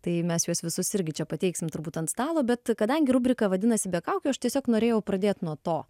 tai mes juos visus irgi čia pateiksim turbūt ant stalo bet kadangi rubrika vadinasi be kaukių aš tiesiog norėjau pradėt nuo to